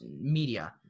media